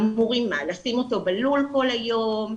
אמורים לשים אותו בלול כל היום?